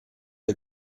der